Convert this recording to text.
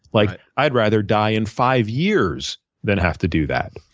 like, i'd rather die in five years than have to do that.